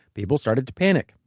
people started to panic.